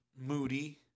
moody